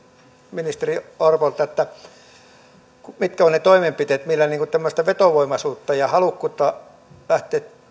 ministeri orpolta mitkä ovat ne toimenpiteet millä saadaan parannettua tämmöistä vetovoimaisuutta ja halukkuutta lähteä